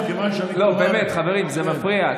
מכיוון שאני, לא, באמת, חברים, זה מפריע.